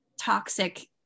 toxic